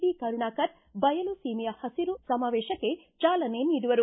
B Karunakara ಬಯಲು ಸೀಮೆಯ ಹಸಿರು ಸಮಾವೇಶಕ್ಕೆ ಚಾಲನೆ ನೀಡುವರು